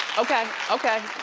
okay, okay.